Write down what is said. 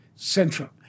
Central